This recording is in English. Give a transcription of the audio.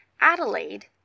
Adelaide